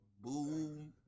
Boom